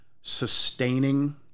sustaining